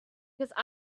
because